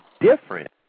different